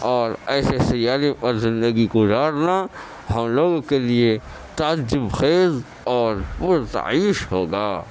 اور ایسے سیارے پر زندگی گزارنا ہم لوگوں کے لیے تعجب خیز اور پرتعیش ہوگا